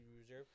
reserve